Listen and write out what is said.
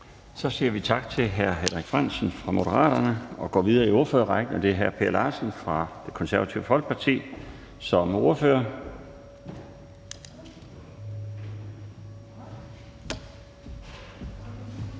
Så siger vi tak til hr. Henrik Frandsen fra Moderaterne og går videre i ordførerrækken til hr. Per Larsen som ordfører for Det Konservative Folkeparti. Kl.